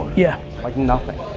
yeah. like nothing.